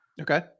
okay